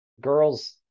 girls